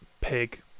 Pig